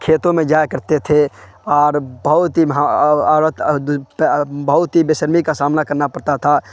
کھیتوں میں جایا کرتے تھے اور بہت ہی عورت بہت ہی بیشرمی کا سامنا کرنا پڑتا تھا